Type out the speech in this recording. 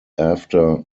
after